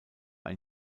ein